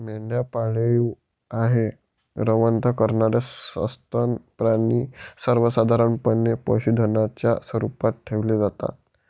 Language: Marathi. मेंढ्या पाळीव आहे, रवंथ करणारे सस्तन प्राणी सर्वसाधारणपणे पशुधनाच्या स्वरूपात ठेवले जातात